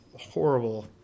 horrible